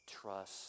trust